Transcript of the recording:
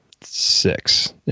six